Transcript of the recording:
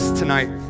tonight